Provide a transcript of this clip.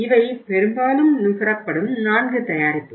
இவை பெரும்பாலும் நுகரப்படும் 4 தயாரிப்புகள்